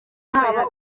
haba